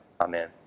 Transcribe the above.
Amen